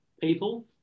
people